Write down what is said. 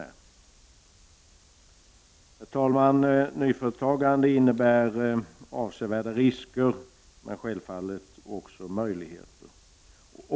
Herr talman! Nyföretagandet medför avsevärda risker, men självfallet också möjligheter.